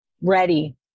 ready